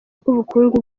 rw’ubukungu